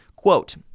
Quote